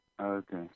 Okay